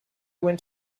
went